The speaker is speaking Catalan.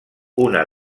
una